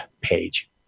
page